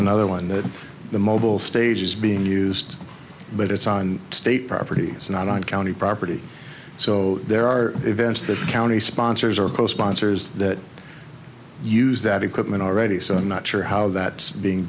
another one that the mobile stage is being used but it's on state property it's not on county property so there are events that the county sponsors are co sponsors that use that equipment already so i'm not sure how that being